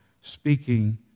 speaking